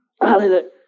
Hallelujah